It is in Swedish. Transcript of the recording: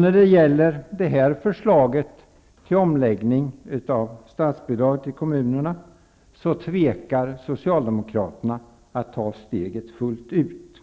När det gäller förslaget till omläggning av statsbidrag till kommunerna tvekar Socialdemokraterna att ta steget fullt ut.